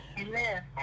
Amen